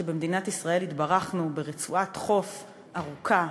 ובמדינת ישראל התברכנו ברצועת חוף ארוכה,